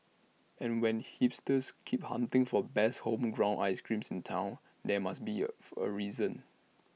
and when hipsters keep hunting for best homegrown ice creams in Town there must be A fu A reason